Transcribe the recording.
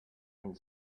and